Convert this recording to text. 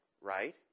right